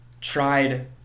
tried